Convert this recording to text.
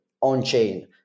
on-chain